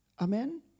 Amen